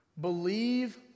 Believe